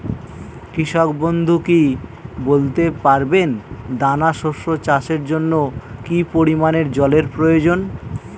কৃষক বন্ধু কি বলতে পারবেন দানা শস্য চাষের জন্য কি পরিমান জলের প্রয়োজন?